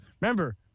Remember